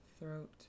throat